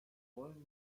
wollen